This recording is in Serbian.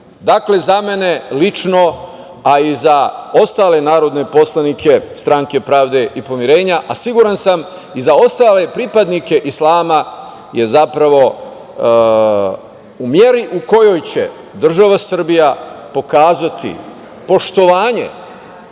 za mene lično, a i za ostale narodne poslanike Stranke pravde i pomirenja, a siguran sam i za ostale pripadnike islama je u meri u kojoj će država Srbija pokazati poštovanje